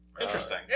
Interesting